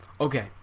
Okay